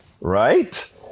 right